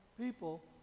people